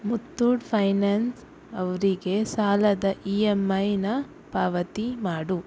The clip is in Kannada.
ಮುತ್ತೂಟ್ ಫೈನಾನ್ಸ್ ಅವರಿಗೆ ಸಾಲದ ಇ ಎಂ ಐನ ಪಾವತಿ ಮಾಡು